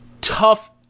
tough